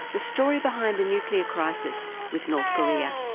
the story behind the nuclear crisis with north korea.